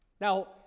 Now